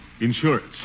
Insurance